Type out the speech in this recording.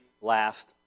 last